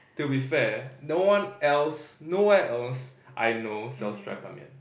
to be fair no one else no where else I know sell dry Ban-Mian